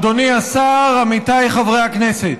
אדוני השר, עמיתיי חברי הכנסת,